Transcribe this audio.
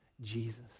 Jesus